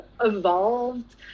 evolved